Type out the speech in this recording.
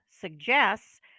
suggests